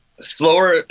Slower